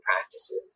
practices